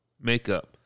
makeup